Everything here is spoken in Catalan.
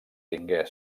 tingué